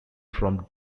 from